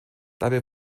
dabei